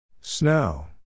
Snow